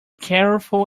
careful